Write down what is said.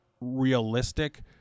realistic